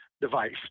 device